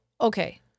okay